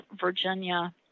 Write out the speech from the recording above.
Virginia